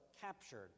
captured